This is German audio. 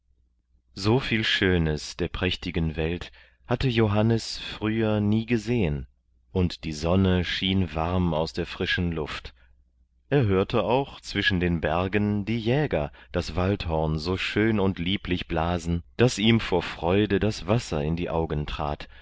so viel schönes der prächtigen welt hatte johannes früher nie gesehen und die sonne schien warm aus der frischen luft er hörte auch zwischen den bergen die jäger das waldhorn so schön und lieblich blasen daß ihm vor freude das wasser in die augen trat